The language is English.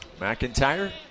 McIntyre